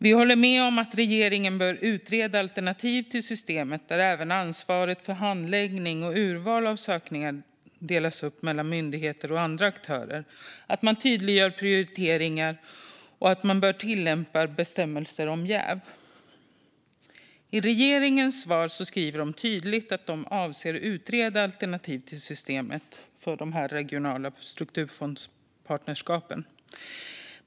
Vi håller med om att regeringen bör utreda alternativ till systemet där även ansvaret för handläggning och urval av sökningar delas upp mellan myndigheter och andra aktörer och där man tydliggör prioriteringar och tillämpar bestämmelser om jäv. I sitt svar skriver regeringen tydligt att man avser att utreda alternativ till systemet med regionala strukturfondspartnerskap.